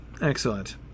Excellent